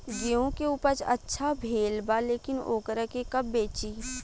गेहूं के उपज अच्छा भेल बा लेकिन वोकरा के कब बेची?